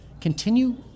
continue